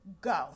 go